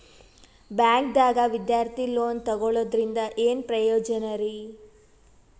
ಬ್ಯಾಂಕ್ದಾಗ ವಿದ್ಯಾರ್ಥಿ ಲೋನ್ ತೊಗೊಳದ್ರಿಂದ ಏನ್ ಪ್ರಯೋಜನ ರಿ?